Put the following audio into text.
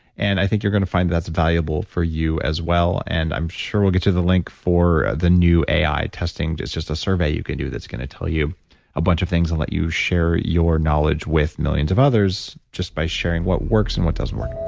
and i think you're going to find that that's valuable for you as well. and i'm sure we'll get you the link for the new ai testing, it's just a survey you can do that's going to tell you a bunch of things and let you share your knowledge with millions of others, just by sharing what works and what doesn't work.